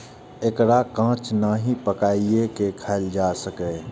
एकरा कांच नहि, पकाइये के खायल जा सकैए